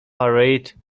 parade